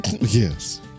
Yes